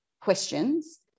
questions